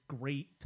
great